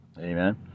Amen